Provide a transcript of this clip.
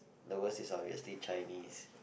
the worst is obviously Chinese